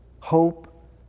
hope